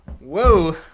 Whoa